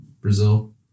Brazil